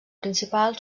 principal